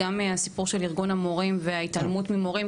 גם הסיפור של ארגון המורים וההתעלמות ממורים,